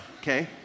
Okay